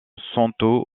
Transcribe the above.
santo